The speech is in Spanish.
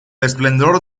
esplendor